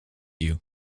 you